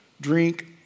drink